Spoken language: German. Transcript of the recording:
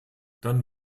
dann